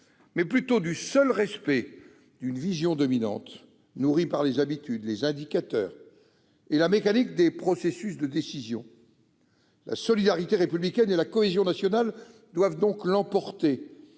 mais plutôt du seul respect d'une vision dominante, nourrie par les habitudes, les indicateurs et la mécanique des processus de décision. « La solidarité républicaine et la cohésion nationale doivent donc l'emporter,